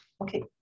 Okay